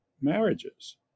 marriages